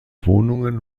wohnungen